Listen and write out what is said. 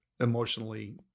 emotionally